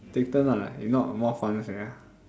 take turn ah if not more fun sia